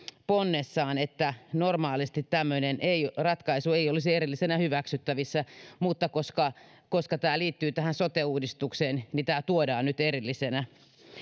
ponnessaan että normaalisti tämmöinen ratkaisu ei olisi erillisenä hyväksyttävissä mutta koska koska tämä liittyy tähän sote uudistukseen niin tämä tuodaan nyt erillisenä